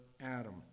Adam